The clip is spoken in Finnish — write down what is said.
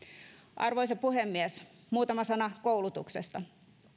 arvoisa puhemies muutama sana koulutuksesta